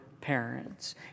parents